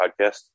Podcast